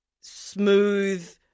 smooth